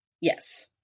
yes